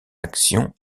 action